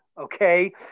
okay